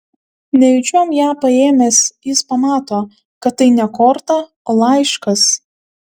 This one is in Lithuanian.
nejučiom ją paėmęs jis pamato kad tai ne korta o laiškas